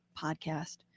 podcast